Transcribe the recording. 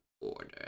order